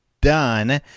done